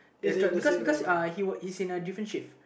because because uh he was he's in a different shift